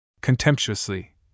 Contemptuously